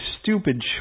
stupid